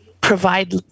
provide